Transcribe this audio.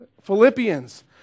Philippians